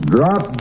Drop